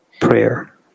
prayer